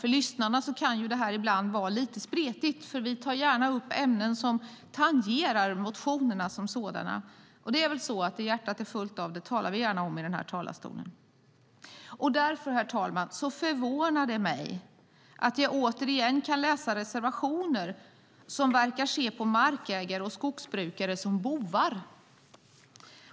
För lyssnarna kan det ibland vara lite spretigt eftersom vi gärna tar upp ämnen som tangerar motionerna som sådana. Det är väl så att det hjärtat är fullt av talar vi gärna om i den här talarstolen. Därför, herr talman, förvånar det mig att jag återigen kan läsa reservationer där man verkar se på markägare och skogsbrukare som bovar.